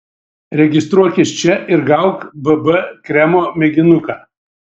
registruokis čia ir gauk bb kremo mėginuką